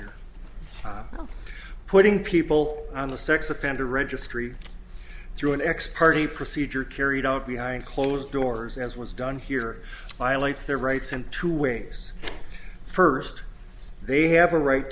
here putting people on the sex offender registry through an ex parte procedure carried out behind closed doors as was done here violates their rights in two ways first they have a right